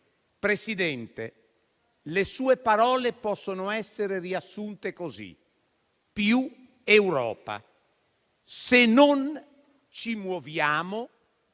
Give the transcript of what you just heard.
Consiglio, le sue parole possono essere riassunte così: più Europa. Se ci muoviamo